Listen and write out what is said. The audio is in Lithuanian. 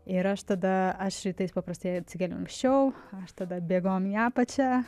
ir aš tada aš rytais paprastai atsikeliu anksčiau aš tada bėgom į apačią